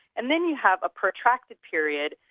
and then you have a protracted period,